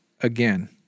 again